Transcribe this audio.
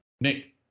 Nick